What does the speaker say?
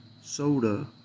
soda